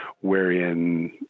wherein